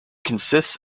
consists